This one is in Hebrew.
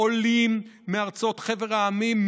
עולים מארצות חבר המדינות,